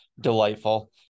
delightful